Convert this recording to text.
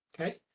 Okay